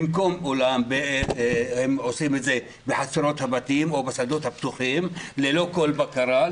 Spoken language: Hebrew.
במקום אולם הם עושים את זה בחצרות הבתים או בשדות הפתוחים ללא כל בקרה,